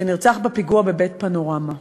שנרצח בפיגוע בבית-פנורמה.